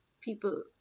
people